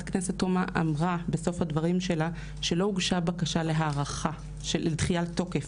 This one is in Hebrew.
הכנסת תומא שלא הוגשה בקשה לדחיית תוקף,